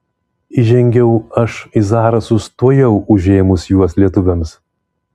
įžengiau aš į zarasus tuojau užėmus juos lietuviams